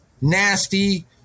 nasty